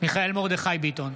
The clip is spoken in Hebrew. מיכאל מרדכי ביטון,